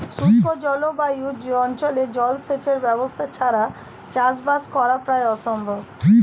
শুষ্ক জলবায়ু অঞ্চলে জলসেচের ব্যবস্থা ছাড়া চাষবাস করা প্রায় অসম্ভব